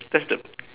that's the